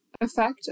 Effect